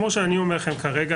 כמו שאני אומר לכם כרגע,